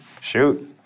shoot